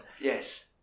Yes